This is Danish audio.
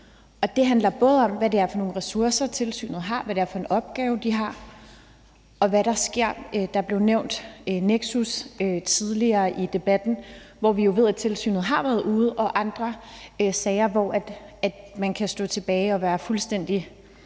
og det handler både om, hvad det er for nogle ressourcer, tilsynet har, hvad det er for en opgave, de har, og hvad der sker. Nexus blev nævnt tidligere i debatten, hvor vi jo ved at tilsynet har været ude, og andre sager, hvor man kan stå tilbage og være fuldstændig